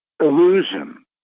illusion